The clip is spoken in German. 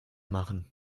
machen